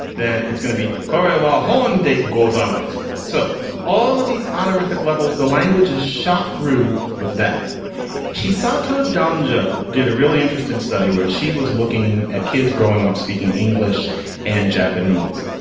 then it's gonna be correo um hall and it goes on massive. so all of these honorific levels, the language is shot through with that chisato don joe did a really interesting study where she was looking at kids growing up speaking english and japanese,